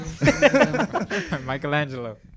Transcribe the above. Michelangelo